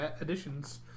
additions